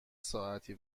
ساعتی